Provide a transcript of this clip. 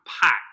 pack